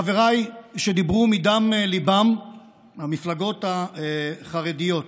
חבריי שדיברו מדם ליבם מהמפלגות החרדיות: